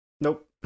nope